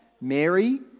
Mary